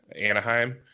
Anaheim